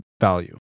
value